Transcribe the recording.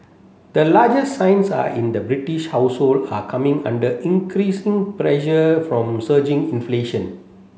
the largest signs are in the British household are coming under increasing pressure from surging inflation